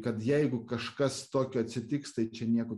kad jeigu kažkas tokio atsitiks tai čia nieko